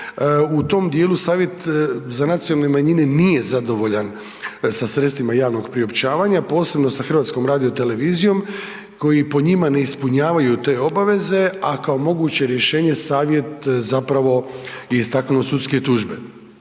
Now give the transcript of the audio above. u tom dijelu Savjet za nacionalne manjine nije zadovoljan sa sredstvima javnog priopćavanja, posebno sa HRT-om koji po njima ne ispunjavaju te obaveze, a kao moguće rješenje Savjet zapravo je istaknuo sudske tužbe.